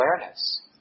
awareness